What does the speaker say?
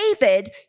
David